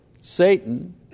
Satan